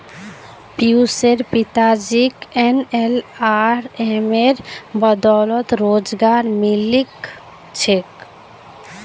पियुशेर पिताजीक एनएलआरएमेर बदौलत रोजगार मिलील छेक